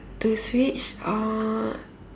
to switch uh